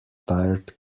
tired